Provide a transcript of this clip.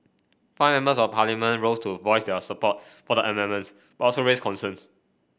five members of parliament rose to voice their support for the amendments but also raised concerns